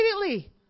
immediately